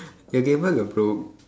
your gameboy got broke